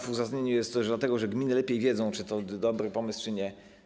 W uzasadnieniu jest, że to dlatego, że gminy lepiej wiedzą, czy to dobry pomysł czy nie.